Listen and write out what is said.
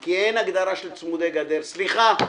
כי אין הגדרה של צמודי גדר סליחה,